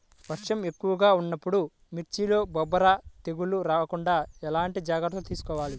వర్షం ఎక్కువగా ఉన్నప్పుడు మిర్చిలో బొబ్బర తెగులు రాకుండా ఎలాంటి జాగ్రత్తలు తీసుకోవాలి?